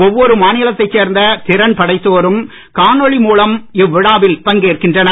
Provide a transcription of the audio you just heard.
ஒவ்வொரு மாநிலத்தைச் சேர்ந்த திறன் படைத்தோரும் காணொளி இவ்விழாவில் பங்கேற்கின்றனர்